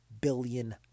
billion